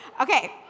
Okay